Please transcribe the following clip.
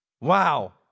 Wow